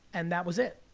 and that was it.